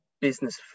business